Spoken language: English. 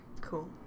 Cool